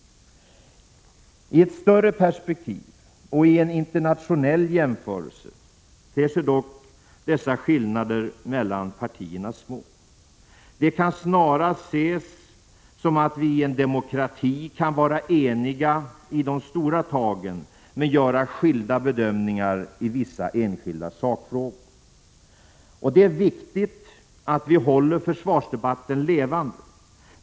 I ett större perspektiv och i en internationell jämförelse ter sig dock dessa skillnader mellan partierna små. De kan snarast ses som att vi i en demokrati kan vara eniga i de stora dragen men göra skilda bedömningar i vissa enskilda sakfrågor. Det är viktigt att vi håller försvarsdebatten levande.